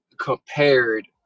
compared